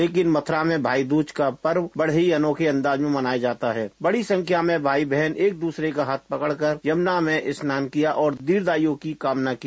लेकिन मथुरा मै भाई दूज का पर्व बड़े ही अनोखे अंदाज मै मनाया जाता है यहां यमुना में बड़ी संख्या मै भाई बहन एक दुसरे का हाथ पकड़ कर यमुना में स्नान किया और दीर्घायु की कामना की